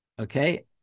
Okay